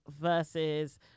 versus